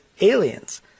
aliens